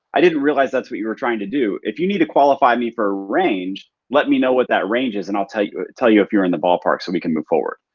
i didn't realize that's what you were trying to do. if you need to qualify me for a range. let me know what that range is and i'll tell you ah tell you if you're in the ballpark so we can move forward.